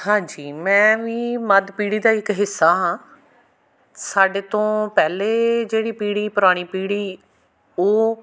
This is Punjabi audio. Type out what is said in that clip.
ਹਾਂਜੀ ਮੈਂ ਵੀ ਮੱਧ ਪੀੜ੍ਹੀ ਦਾ ਇੱਕ ਹਿੱਸਾ ਹਾਂ ਸਾਡੇ ਤੋਂ ਪਹਿਲੇ ਜਿਹੜੀ ਪੀੜ੍ਹੀ ਪੁਰਾਣੀ ਪੀੜ੍ਹੀ ਉਹ